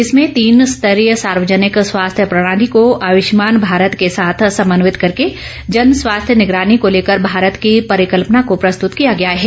इसमें तीन स्तरीय सार्वजनिक स्वास्थ्य प्रणाली को आयुष्मान भारत के साथ समन्वित करके जन स्वास्थ्य निगरानी को लेकर भारत की परिकल्पना को प्रस्तुत किया गया है